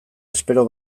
espero